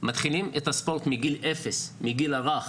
מתחילים את הספורט מגיל 0, מגיל הרך